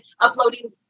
uploading